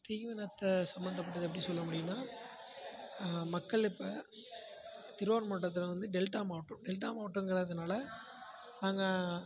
தீவனத்தை சம்பந்தப்பட்டது எப்படி சொல்லமுடியும்ன்னா மக்கள் இப்போ திருவாரூர் மாவட்டத்தில் வந்து டெல்ட்டா மாவட்டம் டெல்ட்டா மாவட்டம்ங்கிறதனால அங்கே